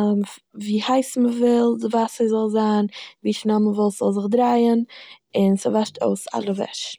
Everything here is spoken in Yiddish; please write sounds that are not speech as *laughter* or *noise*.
*hesitation* ווי הייס מ'וויל די וואסער זאל זיין, ווי שנעל מ'וויל ס'זאל זיך דרייען און ס'וואשט אויס אלע וועש.